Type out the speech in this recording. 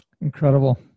Incredible